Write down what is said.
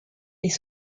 les